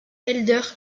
helder